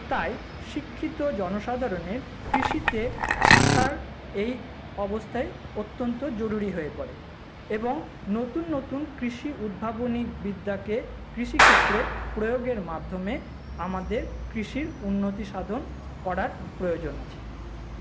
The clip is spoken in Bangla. তাই শিক্ষিত জনসাধারণের কৃষিতে আসার এই অবস্থায় অত্যন্ত জরুরী হয়ে পড়ে এবং নতুন নতুন কৃষি উদ্ভাবনী বিদ্যাকে কৃষিক্ষেত্রে প্রয়োগের মাধ্যমে আমাদের কৃষির উন্নতি সাধন করার প্রয়োজন আছে